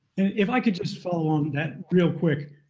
if i could just follow on that real quick.